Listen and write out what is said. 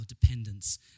dependence